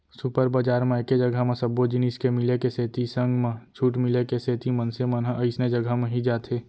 super बजार म एके जघा म सब्बो जिनिस के मिले के सेती संग म छूट मिले के सेती मनसे मन ह अइसने जघा म ही जाथे